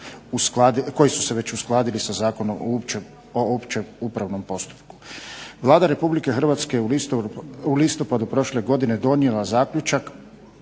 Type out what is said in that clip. koji su se već uskladili sa Zakonom o općem upravnom postupku. Vlada Republike Hrvatske je u listopadu prošle godine donijela zaključak